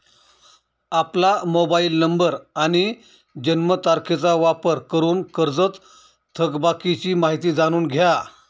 आपला mobile number आणि जन्मतारखेचा वापर करून कर्जत थकबाकीची माहिती जाणून घ्या